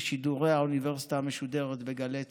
בשידורי האוניברסיטה המשודרת בגלי צה"ל.